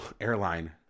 airline